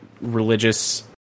religious